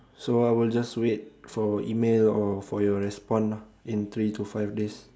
so I will just wait for email or for your respond lah in three to five days